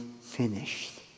finished